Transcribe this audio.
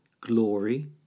glory